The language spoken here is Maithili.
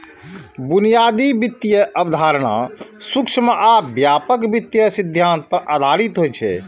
बुनियादी वित्तीय अवधारणा सूक्ष्म आ व्यापक वित्तीय सिद्धांत पर आधारित होइ छै